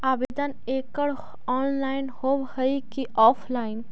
आवेदन एकड़ ऑनलाइन होव हइ की ऑफलाइन?